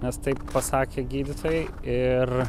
nes taip pasakė gydytojai ir